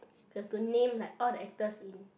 you have to name like all the actors in